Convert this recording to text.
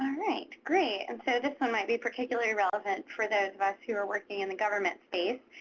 right. great. and so this one might be particularly relevant for those of us yeah were working in the government space.